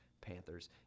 Panthers